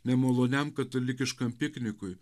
nemaloniam katalikiškam piknikui